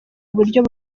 uburyo